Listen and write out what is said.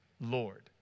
Lord